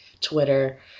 Twitter